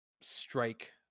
strike